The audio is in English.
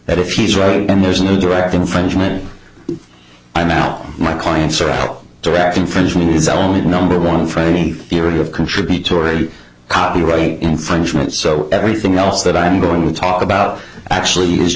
that if he's right and there's no direct infringement i'm out my clients are direct infringement is only the number one frame theory of contributory copyright infringement so everything else that i'm going to talk about actually is